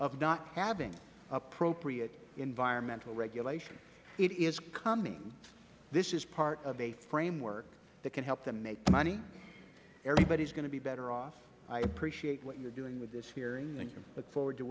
of not having appropriate environmental regulation it is coming this is part of a framework that can help them make money everybody is going to be better off i appreciate what you are doing with this hearing and look forward to